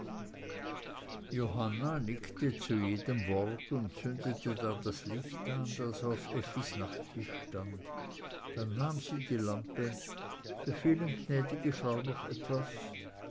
johanna nickte zu jedem wort und zündete dann das licht an das auf effis nachttisch stand dann nahm sie die lampe befehlen gnäd'ge frau noch etwas